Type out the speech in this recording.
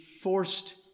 forced